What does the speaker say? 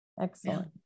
Excellent